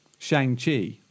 Shang-Chi